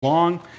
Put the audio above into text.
long